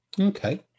okay